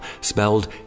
spelled